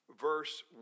verse